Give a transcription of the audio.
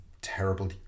terrible